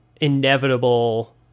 inevitable